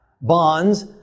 bonds